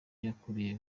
yakuruye